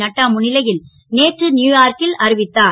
நட்டா முன் லை ல் நேற்று யூயார்கில் அறிவித்தார்